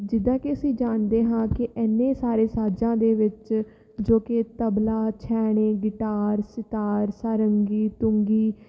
ਜਿੱਦਾਂ ਕਿ ਅਸੀਂ ਜਾਣਦੇ ਹਾਂ ਕਿ ਐਨੇ ਸਾਰੇ ਸਾਜ਼ਾਂ ਦੇ ਵਿੱਚ ਜੋ ਕਿ ਤਬਲਾ ਛੈਣੇ ਗਿਟਾਰ ਸਿਤਾਰ ਸਾਰੰਗੀ ਤੁੰਗੀ